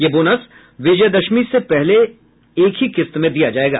यह बोनस विजयदशमी से पहले एक ही किस्त में दिया जायेगा